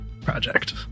project